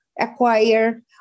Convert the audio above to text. acquire